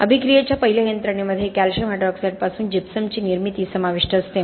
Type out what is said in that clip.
प्रतिक्रियेच्या पहिल्या यंत्रणेमध्ये कॅल्शियम हायड्रॉक्साईडपासून जिप्समची निर्मिती समाविष्ट असते